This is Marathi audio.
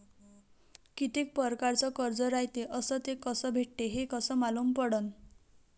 कितीक परकारचं कर्ज रायते अस ते कस भेटते, हे कस मालूम पडनं?